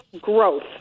growth